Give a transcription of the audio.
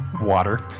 water